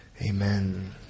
Amen